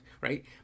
right